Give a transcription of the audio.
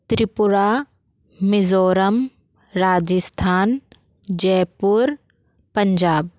Tripura Mizoram Rajasthan Jaipur Punjab